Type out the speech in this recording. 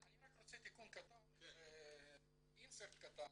אני רק רוצה אינסרט קטן,